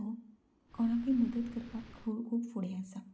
तो कोणाकय मदत करपाक खूब फुडें आसा